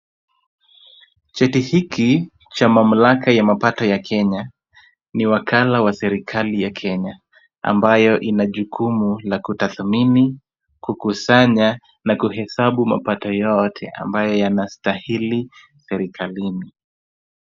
Cheti hiki cha mamlaka ya mapato ya Kenya. Ni wakala wa serikali ya Kenya ambayo ina jukumu la kutathmini, kukusanya na kuhesabu mapato yote ambayo yanastahili serikalini.